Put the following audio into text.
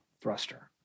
thruster